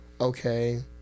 okay